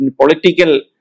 political